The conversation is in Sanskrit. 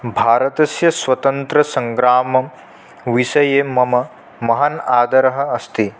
भारतस्य स्वतन्त्रसंग्रामविषये मम महान् आदरः अस्ति